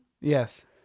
Yes